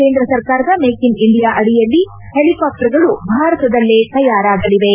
ಕೇಂದ್ರ ಸರ್ಕಾರದ make in India ಅಡಿಯಲ್ಲಿ ಹೆಲಿಕಾಪ್ಪರ್ಗಳು ಭಾರತದಲ್ಲೇ ತಯಾರಾಗಲಿವೆ